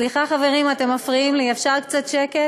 סליחה, חברים, אתם מפריעים לי, אפשר קצת שקט?